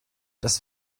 dass